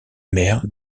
maire